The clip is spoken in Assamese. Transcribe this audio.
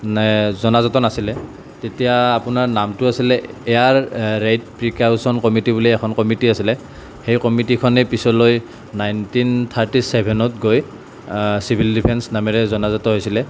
মানে জনাজাত নাছিলে তেতিয়া আপোনাৰ নামটো আছিলে এয়াৰ ৰেইড প্ৰিকাচন কমিটি বুলি এখন কমিটি আছিলে সেই কমিটিখনে পিছলৈ নাইনটিন থাৰ্টি ছেভেনত গৈ চিভিল ডিফেন্স নামেৰে জনাজাত হৈছিল